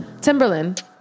Timberland